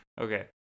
okay